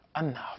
enough